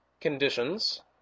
conditions